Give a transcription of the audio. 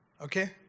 Okay